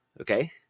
okay